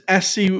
SC